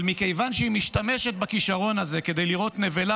אבל מכיוון שהוא משתמש בכישרון הזה כדי לראות נבלה,